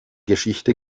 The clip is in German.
geschichte